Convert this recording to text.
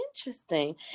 interesting